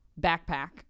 backpack